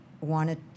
wanted